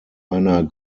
einer